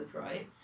right